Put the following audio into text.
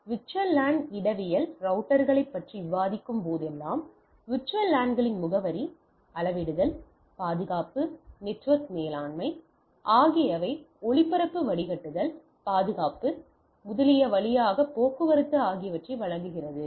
VLAN இடவியல் ரவுட்டர்களைப் பற்றி விவாதிக்கும்போது VLAN களின் முகவரி அளவிடுதல் பாதுகாப்பு நெட்வொர்க் மேலாண்மை ஆகியவை ஒளிபரப்பு வடிகட்டுதல் பாதுகாப்பு முதலியன வழியாக போக்குவரத்து ஆகியவற்றை வழங்குகிறது